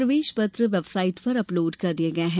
प्रवेश पत्र website upload कर दिये गये हैं